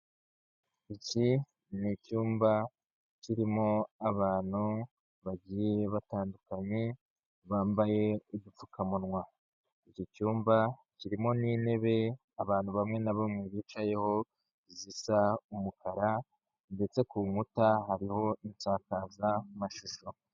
Iki ni icyumba, kirimo abantu bagiye batandukanye, bambaye udupfukamunwa, iki cyumba kirimo n'intebe abantu bamwe na bamwe bicayeho, zisa umukara ndetse ku nkuta hariho insakazamashusho.